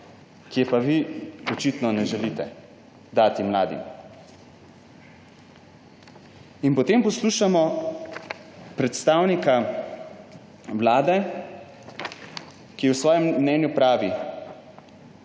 ki je pa vi očitno ne želite dati mladim. Potem poslušamo predstavnika Vlade, ki v svojem mnenju pravi: